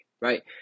right